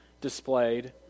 displayed